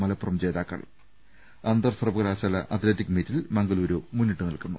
മലപ്പുറം ജേതാക്കൾ അന്തർസർവകലാശാല അത്ലറ്റിക് മീറ്റിൽ മംഗലുരു മുന്നിട്ടുനിൽക്കുന്നു